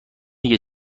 دیگه